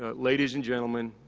ah ladies and gentlemen,